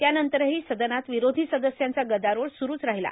त्यानंतरहो सदनात र्यावरोधी सदस्यांचा गदारोळ सुरूच राहला